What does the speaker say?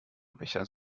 becher